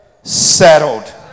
Settled